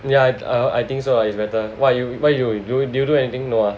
yeah I err I think so uh it's better what you why you you did you do anything no ah